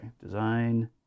design